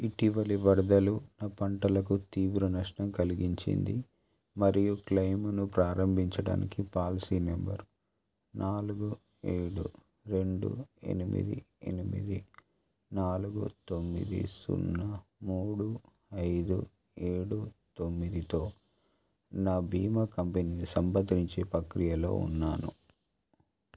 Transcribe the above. ఇటీవలి వరదలు నా పంటలకు తీవ్ర నష్టం కలిగించింది మరియు క్లెయిమును ప్రారంభించడానికి పాలసీ నెంబర్ నాలుగు ఏడు రెండు ఎనిమిది ఎనిమిది నాలుగు తొమ్మిది సున్నా మూడు ఐదు ఏడు తొమ్మిదితో నా భీమా కంపెనీని సంప్రదించే పక్రియలో ఉన్నాను